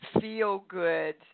feel-good